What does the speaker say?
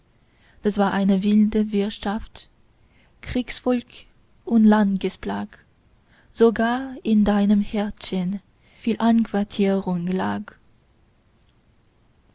das war eine wilde wirtschaft kriegsvolk und landesplag sogar in deinem herzchen viel einquartierung lag